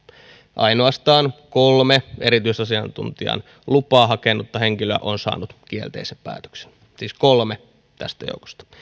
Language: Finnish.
ainoastaan kolme erityisasiantuntijan lupaa hakenutta henkilöä on saanut kielteisen päätöksen siis kolme tästä joukosta